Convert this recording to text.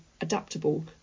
adaptable